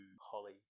Holly